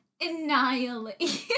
annihilate